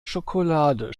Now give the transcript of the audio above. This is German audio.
schokolade